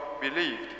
believed